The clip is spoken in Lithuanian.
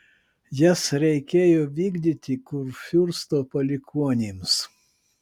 jas reikėjo vykdyti kurfiursto palikuonims